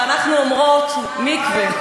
ואנחנו אומרות: "מקווה".